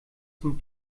zum